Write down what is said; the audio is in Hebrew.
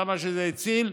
כמה שזה הציל,